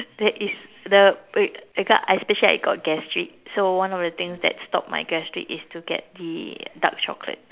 there is the wait becau~ especially I got gastric so one of the things that stopped my gastric is to get the dark chocolate